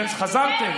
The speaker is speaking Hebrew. כן, חזרתם.